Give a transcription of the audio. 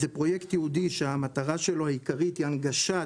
זה פרויקט ייעודי שהמטרה שלו העיקרית היא הנגשת